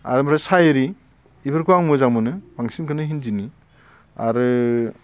आरो आमफ्राय साइरि इफोरखौ आं मोजां मोनो बांसिन खोनो हिन्दीनि आरो